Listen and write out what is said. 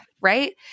right